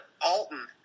Alton